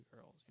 girls